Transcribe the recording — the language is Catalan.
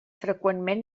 freqüentment